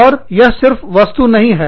और यह सिर्फ वस्तु नहीं है